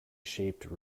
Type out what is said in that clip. shaped